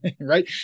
right